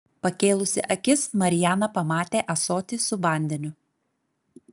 pakėlusi akis mariana pamatė ąsotį su vandeniu